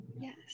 yes